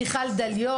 עם מיכל דליות,